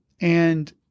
and-